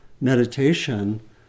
meditation